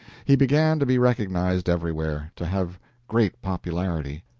he began to be recognized everywhere to have great popularity.